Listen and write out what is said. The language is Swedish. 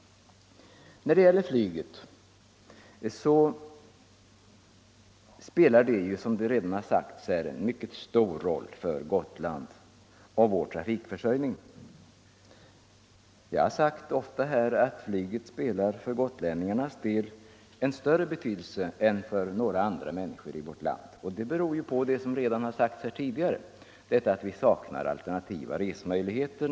Flyget spelar, som det redan har sagts här, en mycket stor roll för Gotlands trafikförsörjning. Flyget har för gotlänningarnas del större betydelse än för några andra människor i vårt land, och det beror på att vi saknar alternativa resmöjligheter.